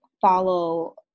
follow